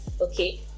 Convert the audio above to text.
okay